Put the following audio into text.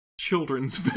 children's